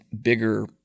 bigger –